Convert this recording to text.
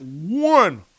one